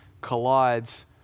collides